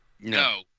No